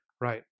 right